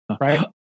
Right